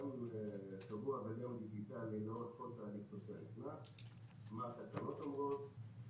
גם קבוע וגם דיגיטלי לאורך כל תהליך נוסע נכנס ובהם מה התקנות אומרות,